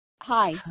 Hi